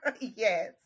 Yes